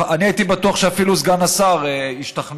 אני הייתי בטוח שאפילו סגן השר ישתכנע.